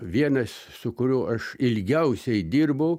vienas su kuriuo aš ilgiausiai dirbau